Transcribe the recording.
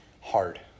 hard